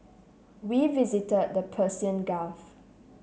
we visited the Persian Gulf